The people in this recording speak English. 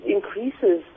Increases